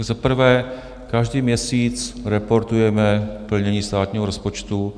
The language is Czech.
Za prvé, každý měsíc reportujeme plnění státního rozpočtu.